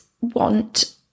want